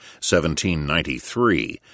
1793